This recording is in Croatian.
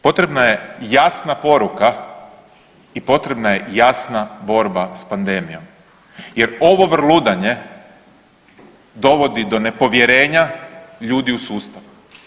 Potrebna je jasna poruka i potrebna je jasna borba s pandemijom jer ovo vrludanje dovodi do nepovjerenja ljudi u sustav.